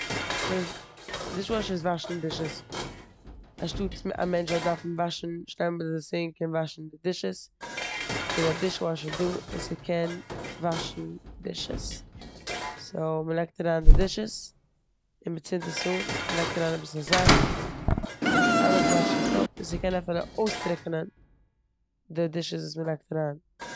דישוואשער וואשן דישעס אשטאט מ- א מענטש זאל דארפן וואשן, שטיין ביי די סינק און וואשן די דישעס איז א דישוואשער דא און ס'קען וואשן דישעס. סאו מ'לייגט אריין די דישעס און מצינדט עס אן, מ'לייגט אריין די זייף און אלעס וואשט זיך אפ און ס'קען אפילו אויסטרוקענען די דישעס וואס מ'לייגט אריין.